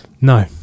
no